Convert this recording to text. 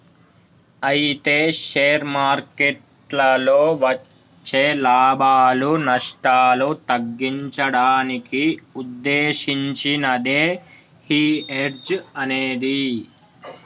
అయితే షేర్ మార్కెట్లలో వచ్చే లాభాలు నష్టాలు తగ్గించడానికి ఉద్దేశించినదే ఈ హెడ్జ్ అనేది